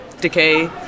Decay